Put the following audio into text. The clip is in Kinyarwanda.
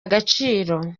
agaciro